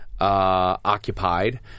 occupied